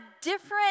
different